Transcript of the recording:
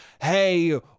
Hey